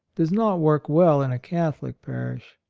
does not work well in a catholic parish.